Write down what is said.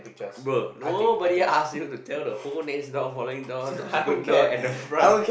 bro nobody ask you to tell the whole next door following door subsequent door and the front